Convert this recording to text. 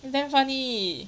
damn funny